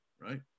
right